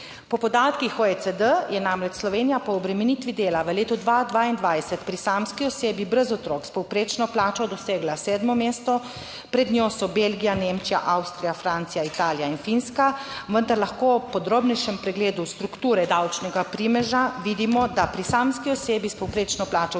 Po podatkih OECD je namreč Slovenija po obremenitvi dela v letu 2022 pri samski osebi brez otrok s povprečno plačo dosegla 7. mesto, pred njo so Belgija, Nemčija, Avstrija, Francija, Italija in Finska. Vendar lahko ob podrobnejšem pregledu strukture davčnega primeža vidimo, da pri samski osebi s povprečno plačo